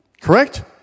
Correct